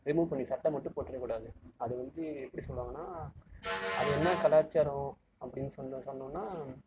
remove பண்ணி சட்டை மட்டும் போட்டுறக் கூடாது அது வந்து எப்படி சொல்லுவாங்கன்னால் அது என்ன கலாச்சாரம் அப்படினு சொல்லி சொன்னோம்னால்